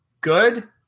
Good